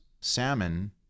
salmon